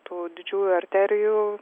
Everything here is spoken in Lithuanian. tų didžiųjų arterijų